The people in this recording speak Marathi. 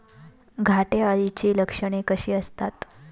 घाटे अळीची लक्षणे कशी असतात?